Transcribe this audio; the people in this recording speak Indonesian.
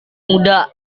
muda